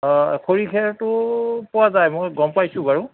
অঁ খৰি খেৰটো পোৱা যায় মই গম পাইছোঁ বাৰু